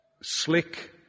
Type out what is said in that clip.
slick